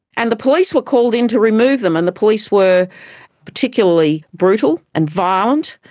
and the police were called in to remove them and the police were particularly brutal and violent,